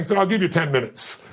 so i'll give you ten minutes.